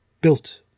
built